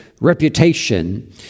reputation